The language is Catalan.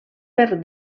per